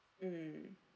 mm